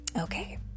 Okay